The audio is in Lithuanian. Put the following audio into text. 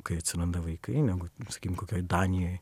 kai atsiranda vaikai negu sakykim kokioj danijoj